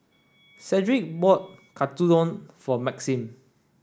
Cedric bought Katsudon for Maxim